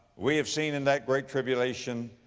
we have seen in that great tribulation,